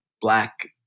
black